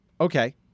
okay